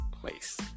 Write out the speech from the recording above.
place